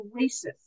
racist